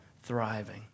thriving